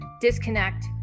disconnect